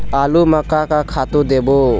आलू म का का खातू देबो?